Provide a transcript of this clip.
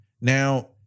Now